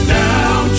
down